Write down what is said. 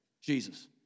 Jesus